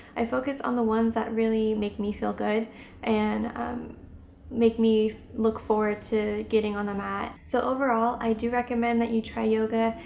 i focus on the ones that really make me feel good and um make me look forward to getting on the mat. so overall i do recommend that you try yoga,